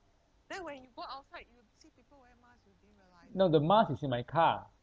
no the mask is in my car